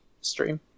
stream